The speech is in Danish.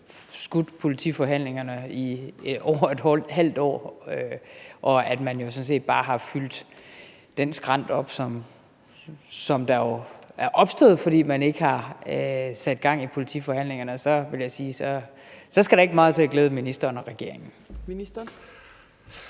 skudt politiforhandlingerne i over et halvt år, og at man sådan set bare har fyldt den skrænt op, som jo er opstået, fordi man ikke har sat gang i politiforhandlingerne, så vil jeg sige, at der ikke skal meget til at glæde ministeren og regeringen. Kl.